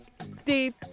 Steve